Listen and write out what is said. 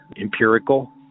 empirical